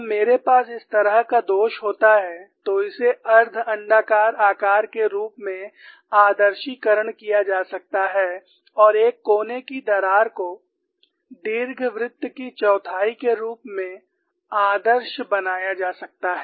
जब मेरे पास इस तरह का दोष होता है तो इसे अर्ध अण्डाकार आकार के रूप में आदर्शीकरण किया जा सकता है और एक कोने की दरार को दीर्घवृत्त के चौथाई के रूप में आदर्श बनाया जा सकता है